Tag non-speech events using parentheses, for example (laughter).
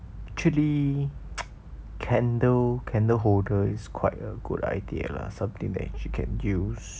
actually (noise) candle candle holder is quite a good idea lah something she can use